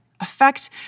affect